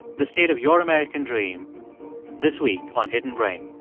the state of your american dream this week on hidden brain